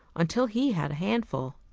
until he had a handful.